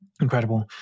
Incredible